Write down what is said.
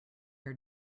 are